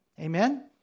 Amen